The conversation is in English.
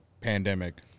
pandemic